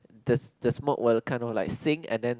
the the smoke will kind of like sink and then